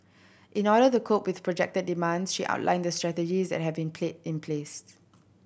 in order to cope with projected demands she outlined the strategies that have been in placed